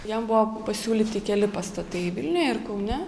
jam buvo pasiūlyti keli pastatai vilniuje ir kaune